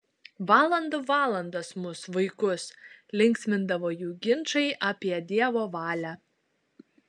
valandų valandas mus vaikus linksmindavo jų ginčai apie dievo valią